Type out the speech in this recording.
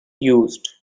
used